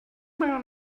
meinung